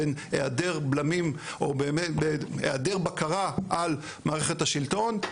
בין העדר בלמים או העדר בקרה על מערכת השלטון,